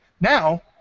Now